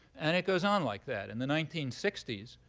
and it goes on like that. in the nineteen sixty s,